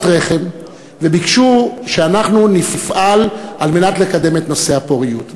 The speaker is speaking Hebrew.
רחם וביקשו שאנחנו נפעל על מנת לקדם את נושא הפוריות.